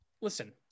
Listen